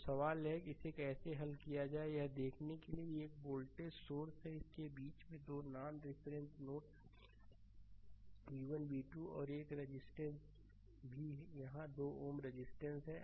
तो सवाल यह है कि इसे कैसे हल किया जाए यह देखने के लिए कि एक वोल्टेज सोर्स है इसके बीच में 2 non reference node v1 v 2 है और एक रेजिस्टेंस भी यहां 2 Ω रेजिस्टेंस है